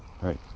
right